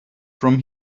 from